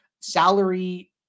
salary